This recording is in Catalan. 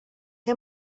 que